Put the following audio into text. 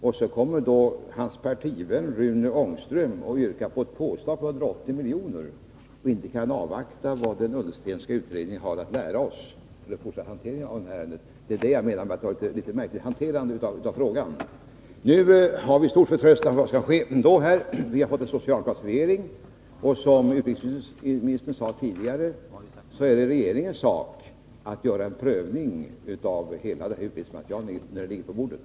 Då kommer hans partivän, Rune Ångström, och yrkar på ett påslag på 180 miljoner, och han kan inte avvakta vad den Ullstenska utredningen har att lära oss för den fortsatta hanteringen av detta ärende. Det är detta jag menar är en mycket märklig hantering av frågan. Nu har vi stor förtröstan om vad som skall ske — vi har fått en socialdemokratisk regering — och som utrikesministern sade tidigare är det regeringens sak att göra en prövning av hela det här utredningsmaterialet när det ligger på bordet.